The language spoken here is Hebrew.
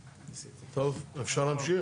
טוב, אפשר להמשיך?